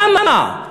למה?